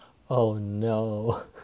oh no